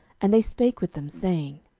and they spake with them, saying,